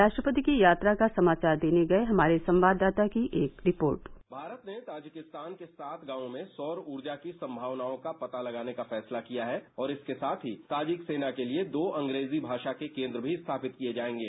राष्ट्रपति की यात्रा का समाचार देने गए हमारे सवांददाता की एक रिपोर्ट भारत ने तजाकिस्तानि के साथ गांव में सौर ऊर्जा की संभावनाओं का पता लगाने का फैसला किया है और इसके साथ ही ताजिक सेना के लिए दो अंग्रेजी भाषा के केन्द्र भी स्थापित किए जाएगे